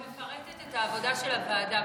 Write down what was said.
את מפרטת את העבודה של הוועדה,